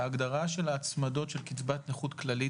בהגדרה של ההצמדות של קצבת נכות כללית,